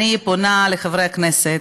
אני פונה לחברי הכנסת,